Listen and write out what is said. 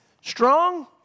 strong